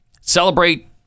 Celebrate